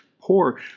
poor